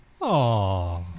Aww